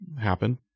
happen